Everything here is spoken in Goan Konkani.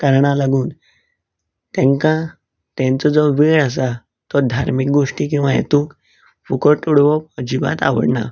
कारणा लागून तेंका तेंचो जो वेळ आसा तो धार्मीक गोश्टी किंवा हेतूंत फुकट उडोवप अजिबात आवडना